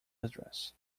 address